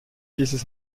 dieses